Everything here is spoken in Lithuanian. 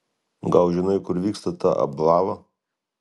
gal žinai kur vyksta ta ablava